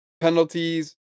Penalties